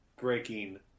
breaking